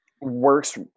works